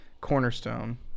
Cornerstone